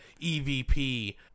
EVP